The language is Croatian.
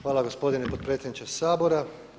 Hvala gospodine potpredsjedniče Sabora.